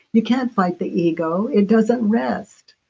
you can't fight the ego, it doesn't rest,